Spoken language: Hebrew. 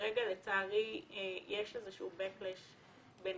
שכרגע לצערי יש איזשהו בקלש ביניכם,